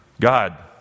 God